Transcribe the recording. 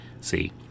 See